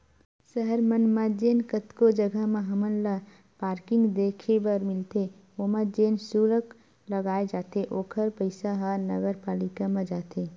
सहर मन म जेन कतको जघा म हमन ल पारकिंग देखे बर मिलथे ओमा जेन सुल्क लगाए जाथे ओखर पइसा ह नगरपालिका म जाथे